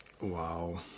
Wow